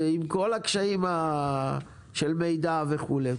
עם כל הקשיים של מידע וכולי,